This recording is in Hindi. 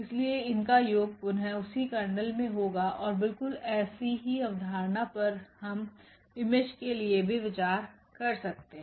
इसलिए इनका योग पुनः उसी कर्नेल मे होगा और बिल्कुल ऐसी ही अवधारणा पर हम इमेज के लिए भी विचार कर सकते हैं